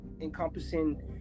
encompassing